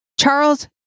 Charles